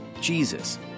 Jesus